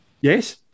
Yes